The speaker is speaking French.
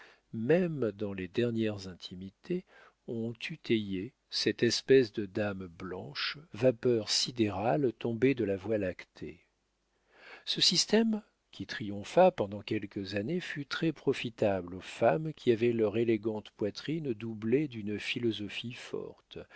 même dans les dernières intimités on tuteyait cette espèce de dame blanche vapeur sidérale tombée de la voie lactée ce système qui triompha pendant quelques années fut très profitable aux femmes qui avaient leur élégante poitrine doublée d'une philosophie forte